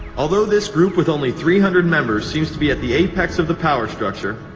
although this group with only three hundred members. seems to be at the apex of the power structure,